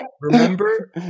Remember